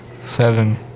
seven